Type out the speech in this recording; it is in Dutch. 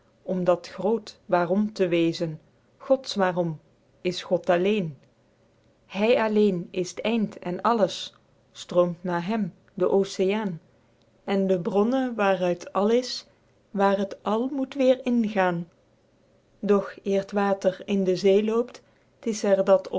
om dat groot waerom te wezen gods waerom is god alleen guido gezelle vlaemsche dichtoefeningen hy alleen is t einde en alles stroomt naer hem den oceaen en de bronne waeruit àl is waer het àl moet weêr ingaen doch eer t water in de zee loopt t is er